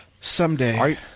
someday